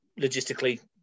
Logistically